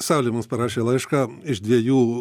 saulė mums parašė laišką iš dviejų